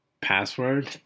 password